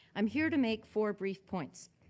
i'm here to make four brief points.